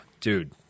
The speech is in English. dude